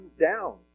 down